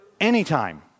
anytime